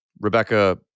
Rebecca